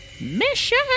mission